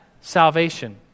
salvation